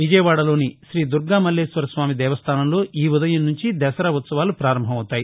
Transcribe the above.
విజయవాడలోని శ్రీ దుర్గామల్లేశ్వర స్వామి దేవస్థానంలో ఈ ఉదయం నుంచి దసరా ఉత్సవాలు ప్రారంభం అవుతాయి